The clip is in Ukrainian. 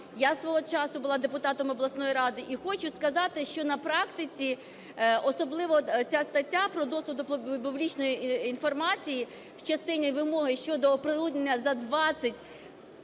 Я свого часу була депутатом обласної ради. І хочу сказати, що на практиці, особливо ця стаття про доступ до публічної інформації в частині вимоги щодо оприлюднення за 20 робочих